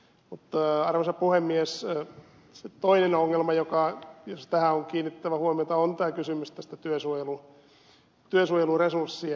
mutta arvoisa puhemies se toinen ongelma johon on kiinnitettävä huomiota on kysymys työsuojeluresurssien leikkaamisesta